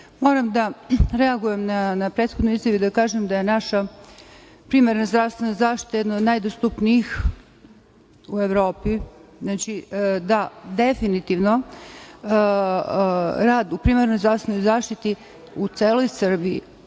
moram da reagujem na prethodnu izjavu i da kažem da je naša primarna zdravstvena zaštita jedna od najdostupnijih u Evropi. Rad u primarnoj zdravstvenoj zaštiti u celoj Srbiji